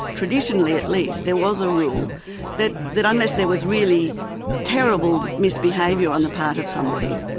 traditionally at least there was a rule that that unless there was really terrible misbehaviour on the part of somebody,